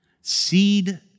Seed